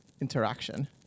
interaction